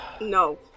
No